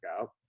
out